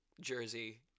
jersey